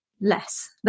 less